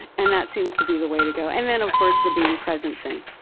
and that seems to be the way to go. and then of course the being present thing.